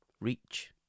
reach